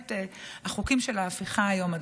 החוקים של ההפיכה היום,